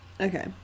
Okay